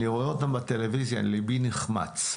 אני רואה אותם בטלוויזיה וליבי נחמץ.